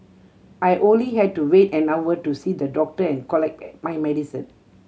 I only had to wait an hour to see the doctor and collect my medicine